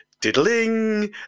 diddling